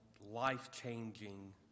life-changing